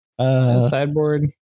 Sideboard